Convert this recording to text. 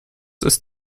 ist